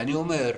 ואני אומר,